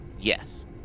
Yes